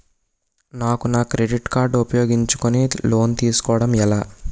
నాకు నా credit card ఉపయోగించుకుని లోన్ తిస్కోడం ఎలా?